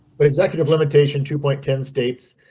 but executive limitation two point ten states.